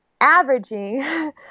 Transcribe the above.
averaging